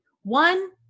one